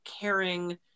caring